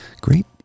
Great